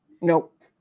Nope